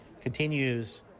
continues